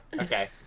okay